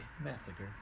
Massacre